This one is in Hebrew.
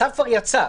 הצו כבר יצא.